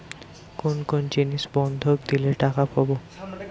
কোন কোন জিনিস বন্ধক দিলে টাকা পাব?